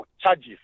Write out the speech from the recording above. charges